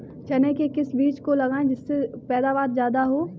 चने के किस बीज को लगाएँ जिससे पैदावार ज्यादा हो?